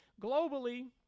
Globally